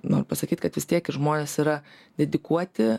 noriu pasakyti kad vis tiek žmonės yra dedikuoti